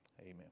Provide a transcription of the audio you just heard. Amen